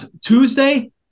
Tuesday